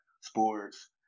sports